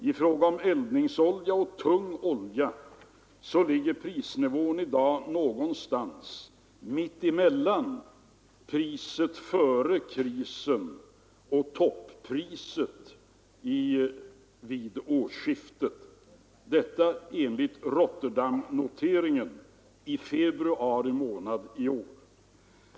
Beträffande eldningsolja och tung olja ligger prisnivån i dag någonstans mitt emellan priset före krisen och toppriset vid årsskiftet, detta enligt Rotterdamnoteringen i februari månad i år.